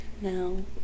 No